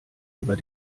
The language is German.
über